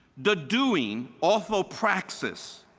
the doing, orhopraxis,